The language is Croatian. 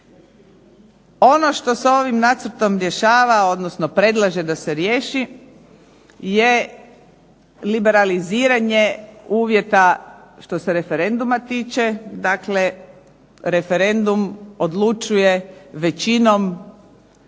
Ono što ovim nacrtom rješava, odnosno predlaže da se riješi je liberaliziranje uvjeta što se referenduma tiče, dakle referendum odlučujem većinom